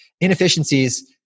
inefficiencies